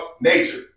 nature